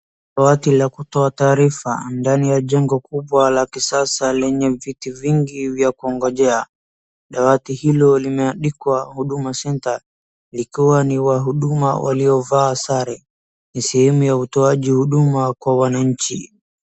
Dawati la kutoa taarifa ndani ya jengo kubwa la kisasa lenye viti vingi vya kungojea. Dawati hilo limeandikwa Huduma Center likiwa ni wahuduma waliovaa sare. Ni sehemu ya utoaji huduma kwa wananchi.